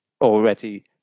already